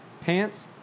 Pants